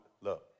look